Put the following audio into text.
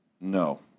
No